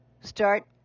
start